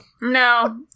No